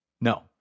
No